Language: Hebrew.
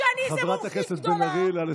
חברת הכנסת בן ארי, נא לסיים.